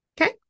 okay